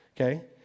okay